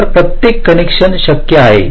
तर प्रत्येक कनेक्शन शक्य आहे